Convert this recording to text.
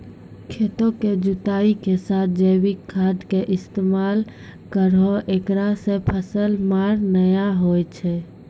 खेतों के जुताई के साथ जैविक खाद के इस्तेमाल करहो ऐकरा से फसल मार नैय होय छै?